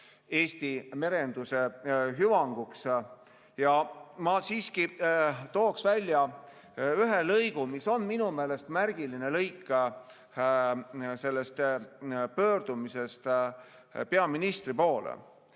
Eesti merenduse hüvanguks. Ja ma siiski tooksin välja ühe lõigu, mis on minu meelest märgiline lõik selles pöördumises peaministri poole.